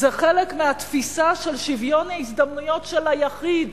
זה חלק מהתפיסה של שוויון ההזדמנויות של היחיד